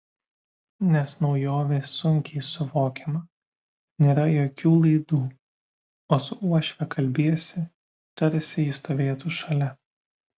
nes naujovė sunkiai suvokiama nėra jokių laidų o su uošve kalbiesi tarsi ji stovėtų šalia